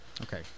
Okay